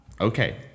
Okay